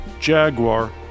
Jaguar